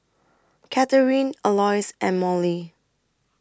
Katharyn Alois and Mallie